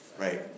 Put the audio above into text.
Right